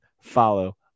follow